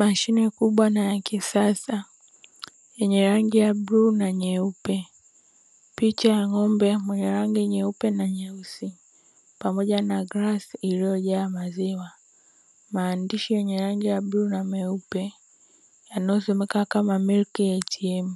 Mashine kubwa na ya kisasa, yenye rangi ya bluu na nyeupe, picha ya ng'ombe mwenye rangi nyeupe na nyeusi pamoja na glasi iliyojaa maziwa, maandishi yenye rangi ya bluu na myeupe, yanayosomeka kama "MILK ATM";